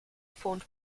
formed